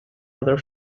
other